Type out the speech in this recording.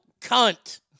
Cunt